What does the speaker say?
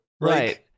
right